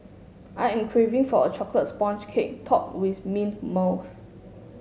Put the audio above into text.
I am craving for a chocolate sponge cake topped with mint mousse